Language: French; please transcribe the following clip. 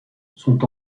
sont